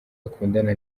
bakundana